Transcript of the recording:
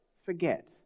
forget